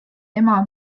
ema